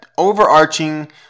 overarching